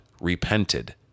repented